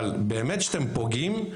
אבל באמת שאתם פוגעים,